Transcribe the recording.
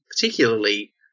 particularly